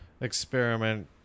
experiment